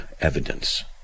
evidence